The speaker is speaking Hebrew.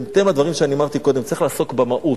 בהתאם לדברים שאמרתי קודם, צריך לעסוק במהות,